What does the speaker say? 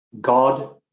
God